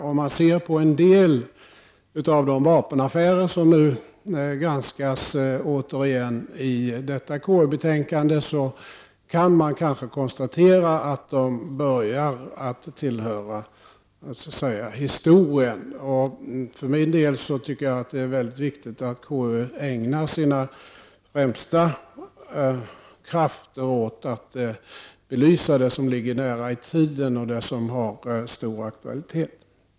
Om man ser på en del av de vapenaffärer som återigen granskas i detta KU-betänkande, kan man konstatera att dessa affärer börjar att tillhöra historien. För min del anser jag att det är väldigt viktigt att KU ägnar sina främsta krafter åt att belysa det som ligger nära i tiden och det som har stor aktualitet.